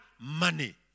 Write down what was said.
money